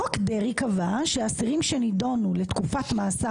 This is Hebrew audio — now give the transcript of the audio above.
חוק דרעי קבע שאסירים שנדונו לתקופת מאסר